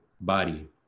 body